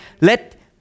Let